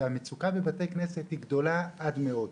והמצוקה בבתי הכנסת היא גדולה עד מאוד.